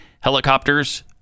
helicopters